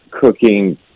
cooking